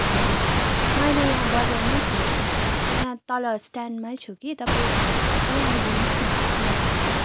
हजुर म अहिले यहाँ बजारमै छु यहाँ तल स्ट्यान्डमै छु कि तपाईँ त्यहीँ आइदिनुहोस् न मलाई ल्याउनु